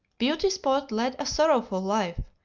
beauty spot led a sorrowful life,